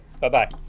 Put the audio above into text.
Bye-bye